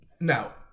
Now